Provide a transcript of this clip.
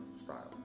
style